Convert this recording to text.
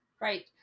Right